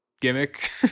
gimmick